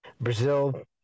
Brazil